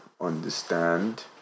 understand